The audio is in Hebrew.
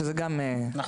שזה גם חשוב.